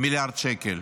מיליארד שקל,